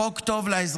חוק טוב לאזרחים,